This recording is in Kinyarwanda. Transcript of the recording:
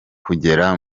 kugera